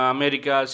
America